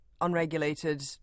unregulated